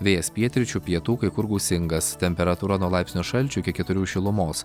vėjas pietryčių pietų kai kur gūsingas temperatūra nuo laipsnio šalčio iki keturių šilumos